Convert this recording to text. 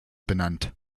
benannt